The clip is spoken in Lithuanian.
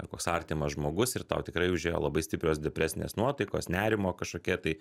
koks artimas žmogus ir tau tikrai užėjo labai stiprios depresinės nuotaikos nerimo kažkokie tai